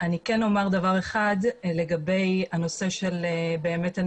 אני כן אומר דבר אחד לגבי הנושא של הנזקקים.